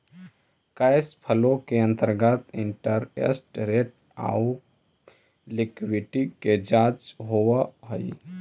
cash flow के अंतर्गत interest rate आउ लिक्विडिटी के चर्चा होवऽ हई